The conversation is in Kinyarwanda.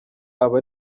aba